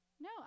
No